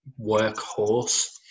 workhorse